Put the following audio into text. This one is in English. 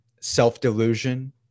self-delusion